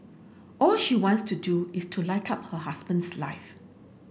all she wants to do is to light up her husband's life